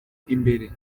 imbere